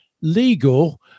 legal